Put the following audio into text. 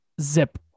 zip